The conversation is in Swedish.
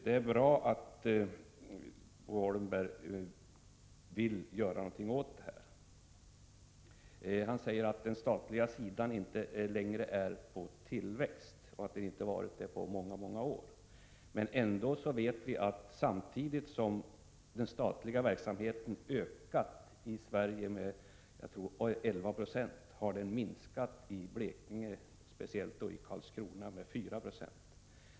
Det är bra att Bo Holmberg vill göra någonting åt detta. Han säger att den statliga sidan inte längre är på tillväxt och inte har varit det på många år. Ändå vet vi, att samtidigt som den statliga verksamheten har ökat i Sverige med ungefär 11 96 har den minskat i Blekinge, speciellt i Karlskrona, med 4 Jo.